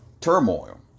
turmoil